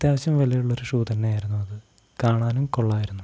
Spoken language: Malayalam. അത്യാവശ്യം വിലയുള്ള ഒരു തന്നെയായിരുന്നു അത് കാണാനും കൊള്ളാമായിരുന്നു